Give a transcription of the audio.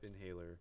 Inhaler